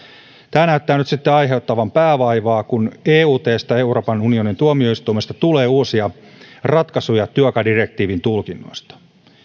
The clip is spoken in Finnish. tämä näyttää nyt sitten aiheuttavan päänvaivaa kun eutstä euroopan unionin tuomioistuimesta tulee uusia ratkaisuja työaikadirektiivin tulkinnoista